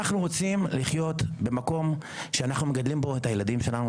אנחנו רוצים לחיות במקום שאנחנו מגדלים בו את הילדים שלנו,